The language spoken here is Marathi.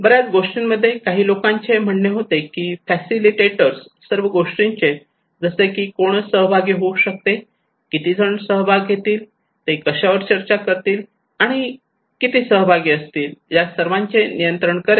बऱ्याच गोष्टींमध्ये काही लोकांचे म्हणणे होते की फॅसिलिटेटर सर्व गोष्टींचे जसे की कोण सहभागी होऊ शकते किती जण सहभाग घेतील ते कशावर चर्चा करतील आणि किती सहभागी असतील या सर्वांचे नियंत्रण करेल